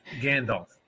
Gandalf